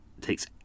takes